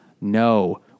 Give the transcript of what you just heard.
no